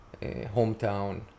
hometown